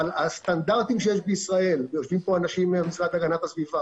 אבל הסטנדרטים שיש בישראל ויושבים כאן אנשים מהגנת הסביבה